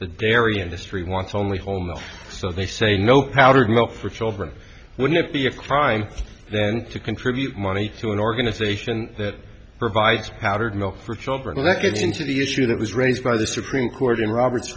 the dairy industry wants only home so they say no powdered milk for children would not be a crime then to contribute money to an organization that provides powdered milk for children record into the issue that was raised by the supreme court in roberts